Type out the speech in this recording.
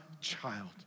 child